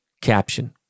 caption